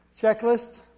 Checklist